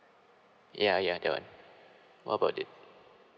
yeah yeah that one what about it